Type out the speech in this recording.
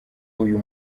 uyu